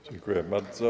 Dziękuję bardzo.